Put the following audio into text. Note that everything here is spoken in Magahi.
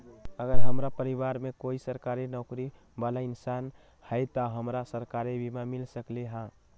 अगर हमरा परिवार में कोई सरकारी नौकरी बाला इंसान हई त हमरा सरकारी बीमा मिल सकलई ह?